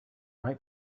might